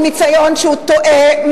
הוא ניסיון שהוא טועה,